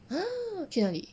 去哪里